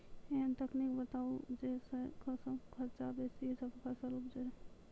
ऐहन तकनीक बताऊ जै सऽ कम खर्च मे बेसी फसल उपजे?